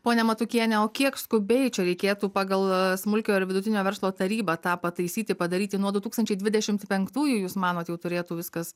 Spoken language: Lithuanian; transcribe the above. ponia matukienė o kiek skubiai čia reikėtų pagal smulkiojo ir vidutinio verslo tarybą tą pataisyti padaryti nuo du tūkstančiai dvidešimt penktųjų jūs manot jau turėtų viskas